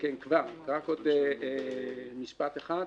רק עוד משפט אחד.